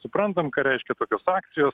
suprantam ką reiškia tokios akcijos